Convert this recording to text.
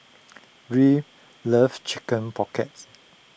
Ruth love Chicken Pocket